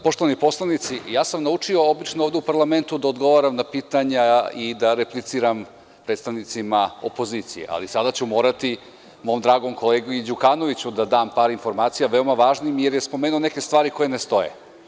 Poštovani poslanici, ja sam naučio da odgovaram na pitanja ovde u parlamentu i da repliciram predstavnicima opozicije, ali sada ću morati mom dragom kolegi Đukanoviću da dam par informacija, veoma važnih, jer je pomenuo neke stvari koje ne stoje.